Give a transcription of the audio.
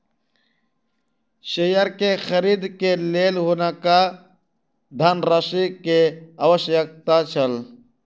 share के खरीद के लेल हुनका धनराशि के आवश्यकता छल